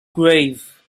grave